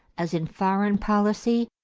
as in foreign policy,